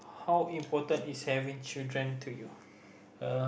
how important is having children to you